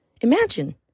imagine